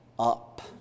up